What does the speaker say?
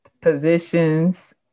positions